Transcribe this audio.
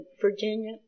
Virginia